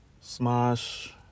smash